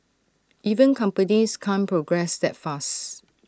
even companies can't progress that fast